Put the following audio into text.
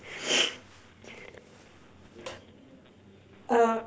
uh